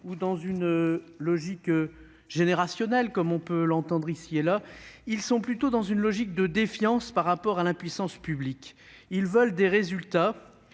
ou dans une logique générationnelle, comme on peut l'entendre ici et là ; ils sont plutôt dans une logique de défiance par rapport à l'impuissance publique. Ils veulent des résultats